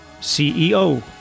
CEO